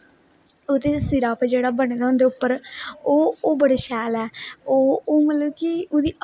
ओहदे सिरा उपर जेहड़ा बना दा होंदा उपर ओह् बड़ा शैल ऐ ओह् मतलब कि ओहदी